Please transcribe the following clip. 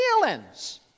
feelings